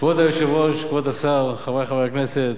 כבוד היושב-ראש, כבוד השר, חברי חברי הכנסת,